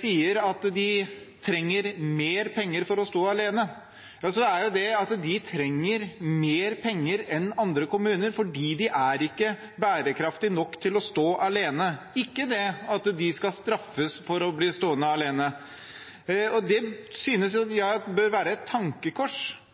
sier at de trenger mer penger for å stå alene, så er det jo det at de trenger mer penger enn andre kommuner fordi de ikke er bærekraftige nok til å stå alene – ikke det at de skal straffes for å bli stående alene. Og det synes jeg bør være et tankekors,